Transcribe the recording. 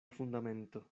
fundamento